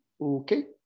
Okay